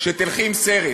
שתלכי עם סרט